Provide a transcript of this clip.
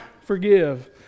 forgive